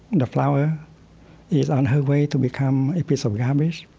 the flower is on her way to become a piece of garbage,